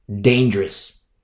dangerous